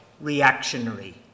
reactionary